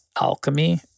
alchemy